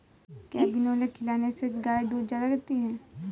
क्या बिनोले खिलाने से गाय दूध ज्यादा देती है?